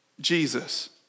Jesus